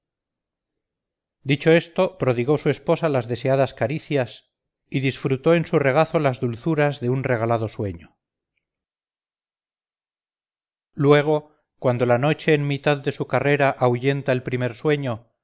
fuerzas dicho esto prodigó su esposa las deseadas caricias y disfrutó en su regazo las dulzuras de un regalado sueño luego cuando la noche en mitad de su carrera ahuyenta el primer sueño